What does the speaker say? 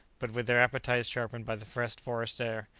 but with their appetites sharpened by the fresh forest air,